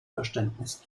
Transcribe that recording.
verständnis